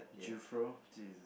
Jesus